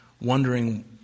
wondering